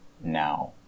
now